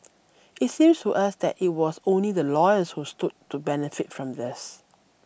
it seems to us that it was only the lawyers who stood to benefit from this